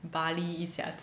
bali 一下子